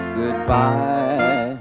goodbye